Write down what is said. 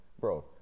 bro